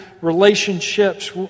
relationships